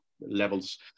levels